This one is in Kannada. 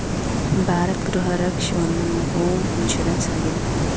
ಭಾರತ್ ಗೃಹ ರಕ್ಷ ಒಂದು ಹೋಮ್ ಇನ್ಸೂರೆನ್ಸ್ ಆಗಿದೆ